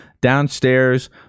Downstairs